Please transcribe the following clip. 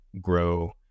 grow